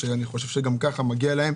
שאני חושב שגם ככה מגיעה להם,